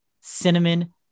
cinnamon